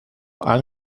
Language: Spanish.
han